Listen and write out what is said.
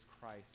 Christ